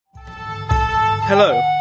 Hello